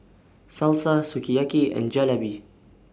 Salsa Sukiyaki and Jalebi